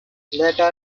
later